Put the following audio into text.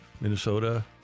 Minnesota